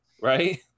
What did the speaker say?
right